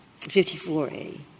54A